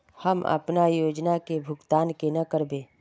हम अपना योजना के भुगतान केना करबे?